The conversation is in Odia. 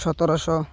ସତରଶହ